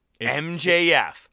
MJF